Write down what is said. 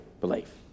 belief